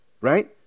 right